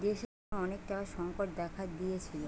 দেশে যখন অনেক টাকার সংকট দেখা দিয়েছিলো